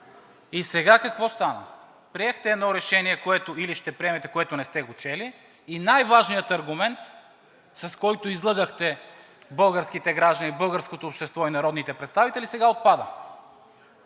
И сега какво стана? Приехте едно решение, което или ще приемете, което не сте го чели, и най-важният аргумент, с който излъгахте българските граждани, българското общество и народните представители, сега отпада.